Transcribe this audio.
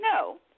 No